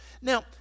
Now